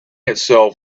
itself